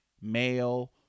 male